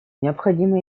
необходимо